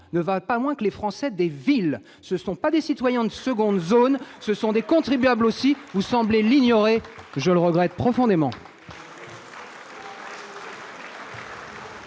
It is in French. ne valent pas moins que les Français des villes ! Ce ne sont pas des citoyens de seconde zone ! Eux aussi sont des contribuables ; vous semblez l'ignorer, je le regrette profondément.